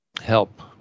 help